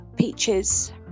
peaches